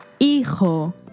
Hijo